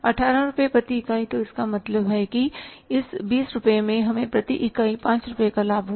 18 रुपये प्रति इकाई तो इसका मतलब है कि इस 20 रुपये में हमें प्रति इकाई 5 रुपये का लाभ हुआ